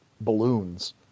balloons